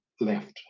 left